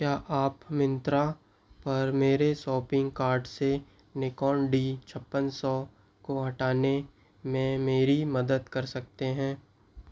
क्या आप मिन्त्रा पर मेरे शॉपिन्ग कार्ट से निक़ॉन डी छप्पन सौ को हटाने में मेरी मदद कर सकते हैं